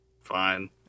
Fine